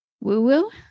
woo-woo